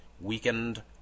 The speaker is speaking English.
weakened